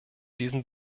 diesen